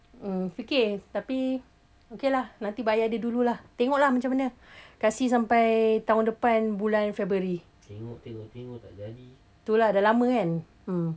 mm fikir tapi okay lah nanti bayar dia dulu lah tengok lah